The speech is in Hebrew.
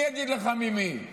אני אגיד לך ממי,